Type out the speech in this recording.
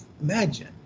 imagine